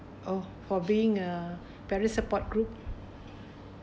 oh for being uh parents support group